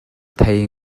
thei